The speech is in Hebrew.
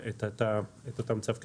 את אותו צו קנסות.